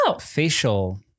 facial